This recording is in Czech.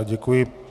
Děkuji.